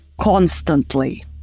Constantly